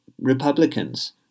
Republicans